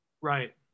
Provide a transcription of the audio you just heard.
Right